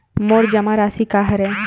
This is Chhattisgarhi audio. मोर जमा राशि का हरय?